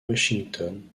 washington